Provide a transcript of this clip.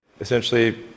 Essentially